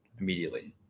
immediately